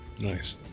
Nice